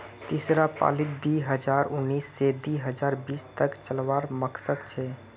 तीसरा पालीत दी हजार उन्नीस से दी हजार बाईस तक चलावार मकसद छे